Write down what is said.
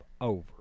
over